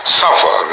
suffer